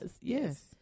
Yes